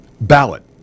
ballot